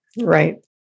Right